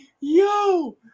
Yo